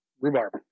Rhubarb